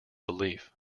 belief